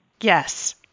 Yes